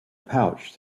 pouch